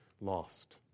lost